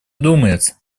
думается